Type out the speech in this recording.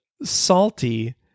salty